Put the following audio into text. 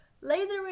later